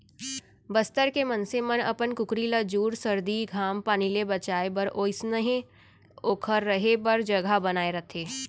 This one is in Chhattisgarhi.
बस्तर के मनसे मन अपन कुकरी ल जूड़ सरदी, घाम पानी ले बचाए बर ओइसनहे ओकर रहें बर जघा बनाए रथें